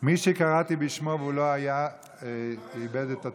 מי שקראתי בשמו ולא היה, איבד את התור.